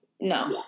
No